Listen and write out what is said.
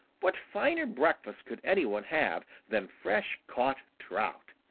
what finer breakfast could any one have than fresh-caught trout?